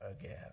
again